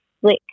slick